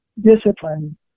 discipline